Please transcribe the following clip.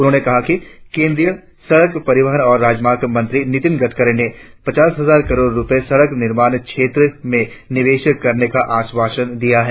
उन्होंने कहा केंद्रीय सड़क परिवहन और राजमार्ग मंत्री नितिन गडकरी ने पचास हजार करोड़ रुपये सड़क निमार्ण क्षेत्र में निवेश करने का आश्वासन दिया है